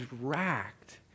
racked